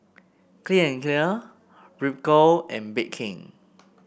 Clean and Clear Ripcurl and Bake King